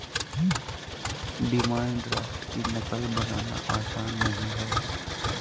demand draft की नक़ल बनाना आसान नहीं है